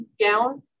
gown